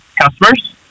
customers